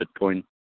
Bitcoin